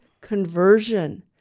conversion